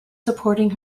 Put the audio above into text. supporting